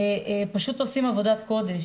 פשוט עושות עבודת קודש.